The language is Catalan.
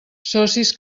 socis